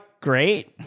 great